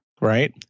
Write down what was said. right